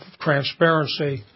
transparency